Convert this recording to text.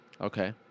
Okay